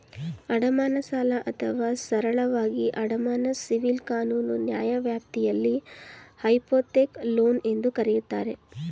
ಅಡಮಾನ ಸಾಲ ಅಥವಾ ಸರಳವಾಗಿ ಅಡಮಾನ ಸಿವಿಲ್ ಕಾನೂನು ನ್ಯಾಯವ್ಯಾಪ್ತಿಯಲ್ಲಿ ಹೈಪೋಥೆಕ್ ಲೋನ್ ಎಂದೂ ಕರೆಯುತ್ತಾರೆ